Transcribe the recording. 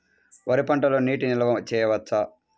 వరి పంటలో నీటి నిల్వ చేయవచ్చా?